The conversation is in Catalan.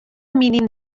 mínim